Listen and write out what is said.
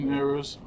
errors